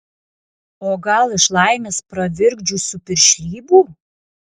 o gal iš laimės pravirkdžiusių piršlybų